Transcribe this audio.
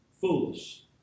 foolish